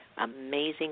amazing